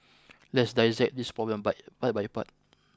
let's dissect this problem by part by part